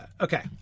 Okay